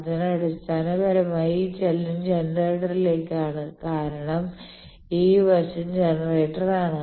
അതിനാൽ അടിസ്ഥാനപരമായി ഈ ചലനം ജനറേറ്ററിലേക്കാണ് കാരണം ഈ വശം ജനറേറ്ററാണ്